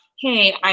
hey